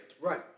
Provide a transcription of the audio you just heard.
Right